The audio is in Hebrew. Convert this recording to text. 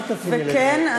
וכן,